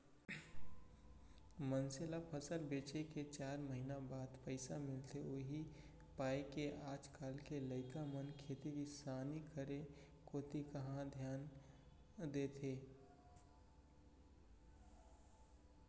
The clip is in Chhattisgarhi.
मनसे ल फसल बेचे के चार महिना बाद पइसा मिलथे उही पायके आज काल के लइका मन खेती किसानी करे कोती कहॉं धियान देथे